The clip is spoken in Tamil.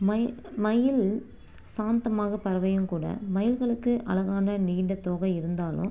மயி மயில் சாந்தமான பறவையும் கூட மயில்களுக்கு அழகான நீண்ட தோகை இருந்தாலும்